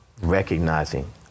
recognizing